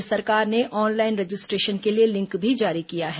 राज्य सरकार ने ऑनलाइन रजिस्ट्रेशन के लिए लिंक भी जारी किया है